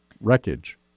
wreckage